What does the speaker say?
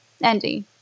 Andy